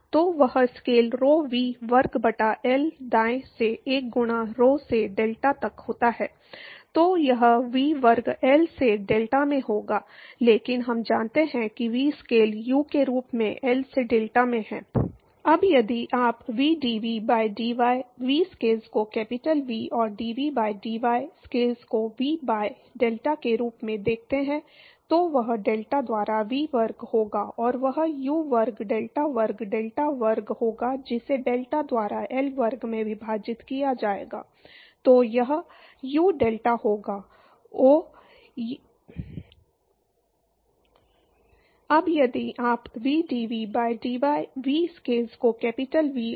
तो dP by dy तो मान लीजिए मान लीजिए कि डेल्टापी वाई दिशा में दबाव ढाल है